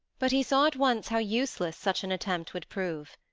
but he saw at once how useless such an attempt would prove.